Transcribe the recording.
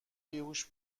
بیهوش